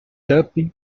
tuppy